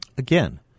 Again